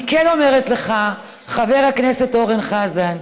אני כן אומרת לך, חבר הכנסת אורן חזן: